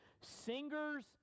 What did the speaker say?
Singers